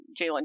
Jalen